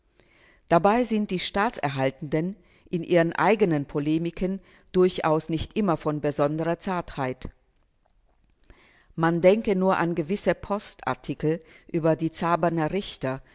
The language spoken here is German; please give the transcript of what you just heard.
dabei sind die staatserhaltenden in ihren eigenen polemiken durchaus nicht immer von besonderer zartheit man denke nur an gewisse post artikel über die zaberner richter